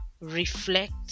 reflect